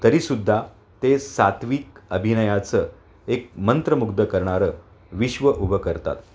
तरीसुद्धा ते सात्त्विक अभिनयाचं एक मंत्रमुग्ध करणारं विश्व उभं करतात